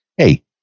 Hey